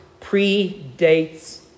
predates